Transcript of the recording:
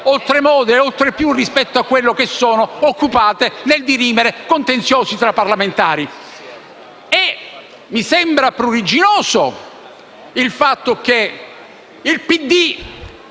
oltre modo e ancor più rispetto a quello che sono, occupate nel dirimere contenziosi tra parlamentari. Mi sembra pruriginoso il fatto che il PD,